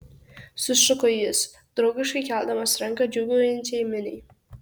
sušuko jis draugiškai keldamas ranką džiūgaujančiai miniai